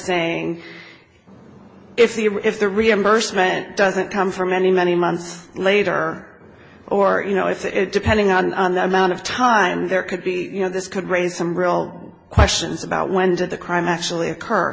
saying if the if the reimbursement doesn't come for many many months later or you know it's depending on on the amount of time there could be you know this could raise some real questions about when did the crime actually occur